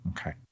okay